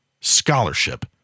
scholarship